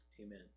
Amen